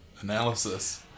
analysis